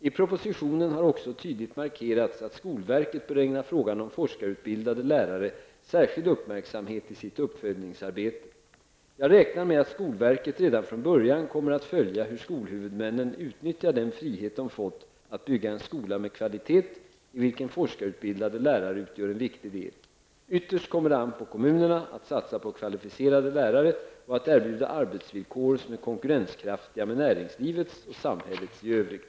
I propositionen har också tydligt markerats att skolverket bör ägna frågan om forskarutbildade lärare särskild uppmärksamhet i sitt uppföljningsarbete. Jag räknar med att skolverket redan från början kommer att följa hur skolhuvudmännen utnyttjar den frihet de fått att bygga en skola med kvalitet i vilken forskarutbildade lärare utgör en viktig del. Ytterst kommer det an på kommunerna att satsa på kvalificerade lärare och att erbjuda arbetsvillkor som är konkurrenskraftiga med näringslivets och samhällets i övrigt.